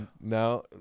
Now